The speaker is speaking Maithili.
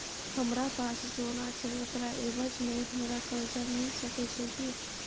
हमरा पास सोना छै ओकरा एवज में हमरा कर्जा मिल सके छै की?